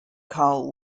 carl